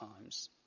times